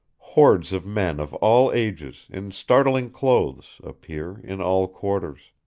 hordes of men of all ages, in startling clothes, appear in all quarters.